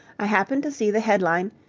i happened to see the headline,